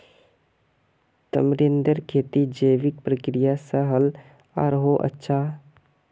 तमरींदेर खेती जैविक प्रक्रिया स ह ल आरोह अच्छा